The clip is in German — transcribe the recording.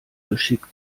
geschickt